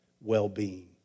well-being